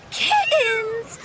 kittens